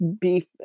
beef